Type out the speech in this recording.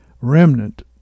remnant